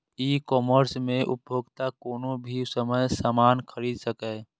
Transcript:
ई commerce मे उपभोक्ता कोनो भी समय सामान खरीद सकैए